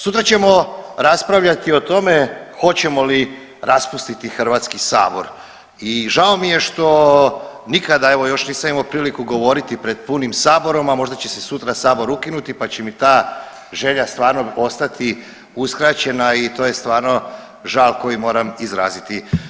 Sutra ćemo raspravljati o tome hoćemo li raspustiti HS i žao mi je što nikada evo još nisam imao priliku govoriti pred punim saborom, a možda će se sutra sabor ukinuti, pa će mi ta želja stvarno ostati uskraćena i to je stvarno žal koji moram izraziti.